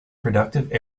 productive